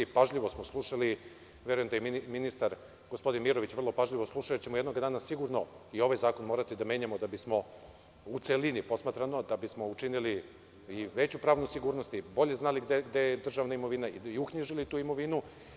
Pažljivo smo slušali, verujem, da je i ministar, gospodin Mirović, vrlo pažljivo slušao jer ćemo jednoga dana sigurno i ovaj zakon morati da menjamo da bismo, u celini posmatrano, učinili i veću pravnu sigurnost i bolje znali gde je državna imovina i uknjižili tu imovinu.